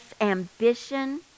ambition